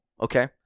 Okay